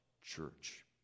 church